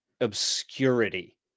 obscurity